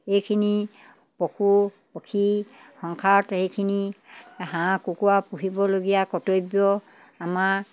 এইখিনি পশু পক্ষী সংসাৰত এইখিনি হাঁহ কুকুৰা পুহিবলগীয়া কৰ্তব্য আমাৰ